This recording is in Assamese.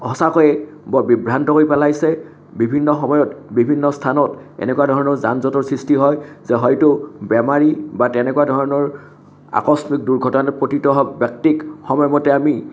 সঁচাকৈ বৰ বিভ্ৰান্ত কৰি পেলাইছে বিভিন্ন সময়ত বিভিন্ন স্থানত এনেকুৱা ধৰণৰ যান জঁটৰ সৃষ্টি হয় যে হয়তো বেমাৰী বা তেনেকুৱা ধৰণৰ আকস্মিক দূৰ্ঘটনাত পতিত ব্যক্তিক সময়মতে আমি